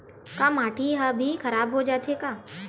का माटी ह भी खराब हो जाथे का?